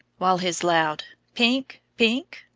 while his loud pink, pink,